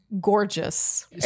gorgeous